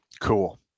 Cool